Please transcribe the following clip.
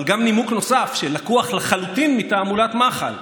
אבל גם נימוק נוסף, שלקוח לחלוטין מתעמולת מח"ל: